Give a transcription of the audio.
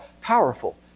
powerful